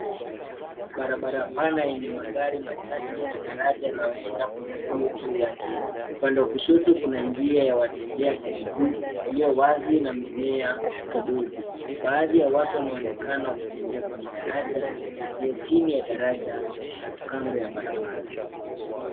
Barabara pana yenye magari machache na daraja la waenda kwa miguu juu yake, Upande wa kushoto Kuna njia ya watembea kwa miguu, iliyo wazi na mimea kidogo. Baadhi ya watu wanaonekana wakitembea kwenye daraja na pia chini ya daraja , kando ya barabara.